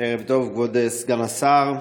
ערב טוב, כבוד סגן השר,